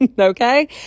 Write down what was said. okay